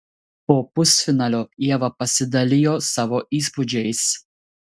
po pusfinalio ieva pasidalijo savo įspūdžiais